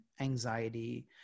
anxiety